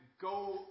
go